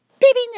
baby